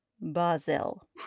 Basil